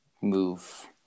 move